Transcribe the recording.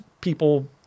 people